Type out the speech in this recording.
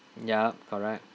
ya correct